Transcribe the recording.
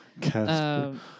Casper